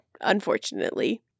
unfortunately